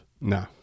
No